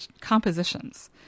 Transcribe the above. compositions